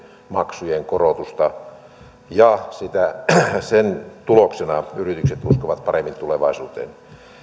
maksujen korotusta ja sen tuloksena yritykset uskovat paremmin tulevaisuuteen